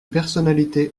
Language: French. personnalité